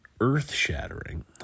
earth-shattering